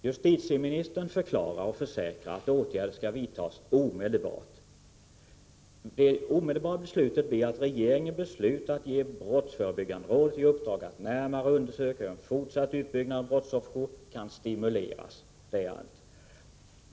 Justitieministern försäkrar att åtgärder skall vidtas omedelbart. Vad som gjorts omedelbart är att regeringen beslutat att ge brottsförebyggande rådet i uppdrag att närmare undersöka hur en fortsatt utbyggnad av brottsofferjour kan stimuleras. Det är allt.